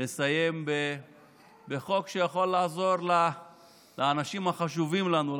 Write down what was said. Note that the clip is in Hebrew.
לסיים בחוק שיכול לעזור לאנשים החשובים לנו,